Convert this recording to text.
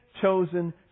chosen